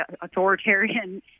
authoritarian